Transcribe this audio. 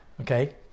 okay